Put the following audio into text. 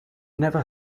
never